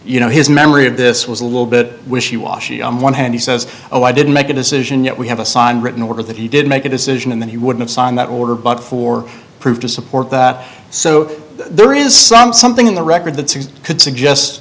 you know his memory of this was a little bit wishy washy on one hand he says oh i didn't make a decision yet we have a signed written order that he did make a decision and then he would have signed that order but for proof to support that so there is some something in the record that says could suggest